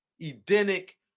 Edenic